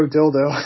Dildo